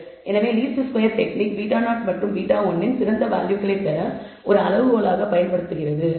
எனவே least square technique β0 மற்றும் β1 இன் சிறந்த வேல்யூகளைப் பெற இதை ஒரு அளவுகோலாகப் பயன்படுத்துகிறது